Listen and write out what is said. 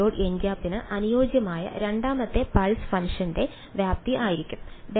nˆ ന് അനുയോജ്യമായ രണ്ടാമത്തെ പൾസ് ഫംഗ്ഷന്റെ വ്യാപ്തി ആയിരിക്കും ∇ϕ